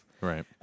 Right